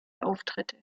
auftritte